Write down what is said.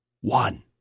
One